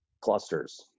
clusters